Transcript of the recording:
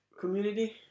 Community